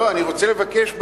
לא, אני רוצה לבקש בקשה.